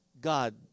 God